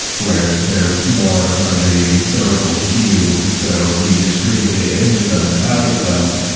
where they're more of a durable cue, so you can stream the data into them and out of them,